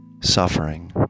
suffering